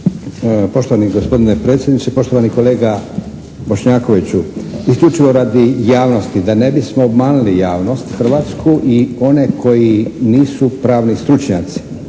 Poštovani gospodine predsjedniče, poštovani kolega Bošnjakoviću. Isključivo radi javnosti, da ne bismo obmanuli javnost hrvatsku i one koji nisu pravni stručnjaci.